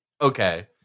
okay